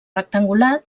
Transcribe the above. rectangular